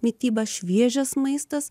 mityba šviežias maistas